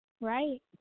Right